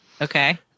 Okay